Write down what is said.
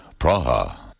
Praha